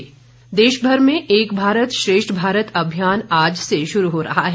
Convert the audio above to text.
एक भारत श्रेष्ठ भारत देशभर में एक भारत श्रेष्ठ भारत अभियान आज से श्रू हो रहा है